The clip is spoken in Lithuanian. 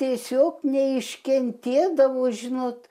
tiesiog neiškentėdavo žinot